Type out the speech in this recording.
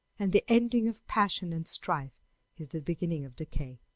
and the ending of passion and strife is the beginning of decay.